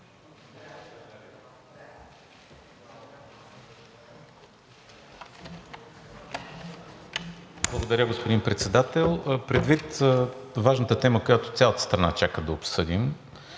Благодаря, господин Председател. Предвид важната тема, която цялата страна чака да обсъдим,